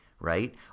right